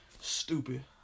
stupid